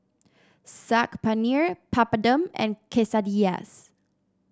Saag Paneer Papadum and Quesadillas